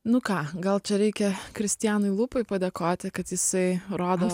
nu ką gal čia reikia kristianui lupai padėkoti kad jisai rodo